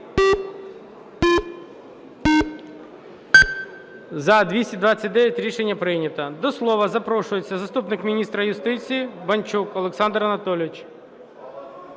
За-229 Рішення прийнято. До слова запрошується заступник міністра юстиції Банчук Олександр Анатолійович.